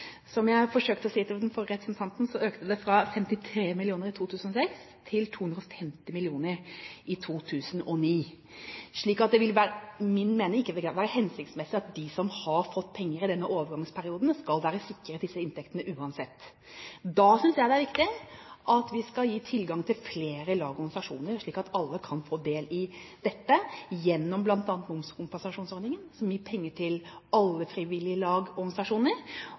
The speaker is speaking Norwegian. Som jeg forsøkte å si til den forrige replikanten, økte disse fra 53 mill. kr i 2006 til 250 mill. i 2009. Etter min mening vil det ikke være hensiktsmessig at de som har fått penger i denne overgangsperioden, skal være sikret disse inntektene uansett. Da synes jeg det er riktig at vi skal gi tilgang til flere lag og organisasjoner, slik at alle kan få del i dette gjennom bl.a. momskompensasjonsordningen, som gir penger til alle frivillige lag og organisasjoner,